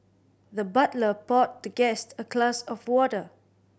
the butler poured the guest a glass of water